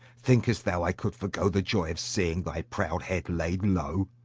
thinkest thou i could forego the joy of seeing thy proud head laid low?